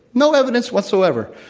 no evidence whatsoever.